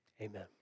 Amen